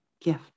gift